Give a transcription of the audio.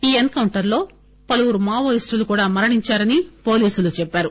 ఈ encounter లో పలువురు మావోయిస్టులు కూడా మరణించారని పోలీసులు చెప్పారు